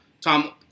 Tom